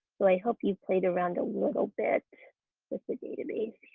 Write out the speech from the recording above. so i hope you've played around a little bit with the database.